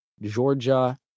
Georgia